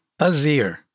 Azir